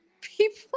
people